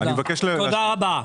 תודה רבה.